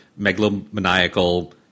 megalomaniacal